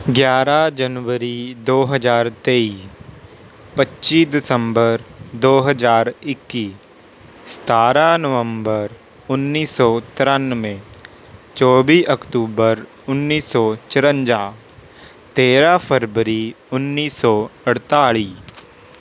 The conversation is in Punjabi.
ਗਿਆਰਾਂ ਜਨਵਰੀ ਦੋ ਹਜ਼ਾਰ ਤੇਈ ਪੱਚੀ ਦਸੰਬਰ ਦੋ ਹਜ਼ਾਰ ਇੱਕੀ ਸਤਾਰਾਂ ਨਵੰਬਰ ਉੱਨੀ ਸੌ ਤ੍ਰਿਆਨਵੇਂ ਚੌਵੀ ਅਕਤੂਬਰ ਉੱਨੀ ਸੌੌ ਚੁਰੰਜਾ ਤੇਰਾਂ ਫਰਵਰੀ ਉੱਨੀ ਸੌ ਅਠਤਾਲ਼ੀ